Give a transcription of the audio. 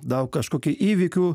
daug kažkokių įvykių